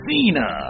Cena